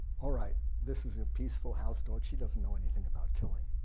all right, this is a peaceful house dog she doesn't know anything about killing.